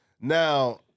Now